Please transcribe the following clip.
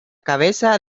cabeza